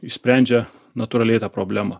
išsprendžia natūraliai tą problemą